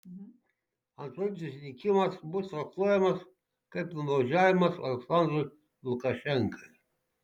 antraip susitikimas bus traktuojamas kaip nuolaidžiavimas aliaksandrui lukašenkai